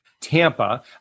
Tampa